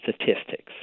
statistics